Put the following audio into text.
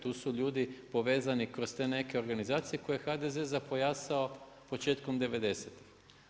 Tu su ljudi povezani kroz te neke organizacije, koje je HDZ zapojaso početkom '90.tih.